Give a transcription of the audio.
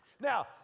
Now